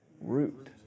root